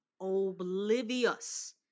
oblivious